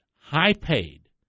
high-paid